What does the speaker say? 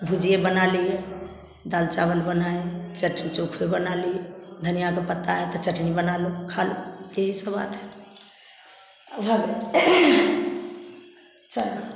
भुजिया बना लिए दाल चावल बनाए चटनी चोखे बना लिए धनिया का पत्ता है तो चटनी बना लो खा लो यही सब आता है वह सब